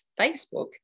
Facebook